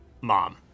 mom